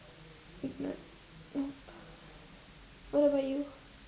if not nope what about you